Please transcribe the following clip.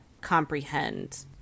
comprehend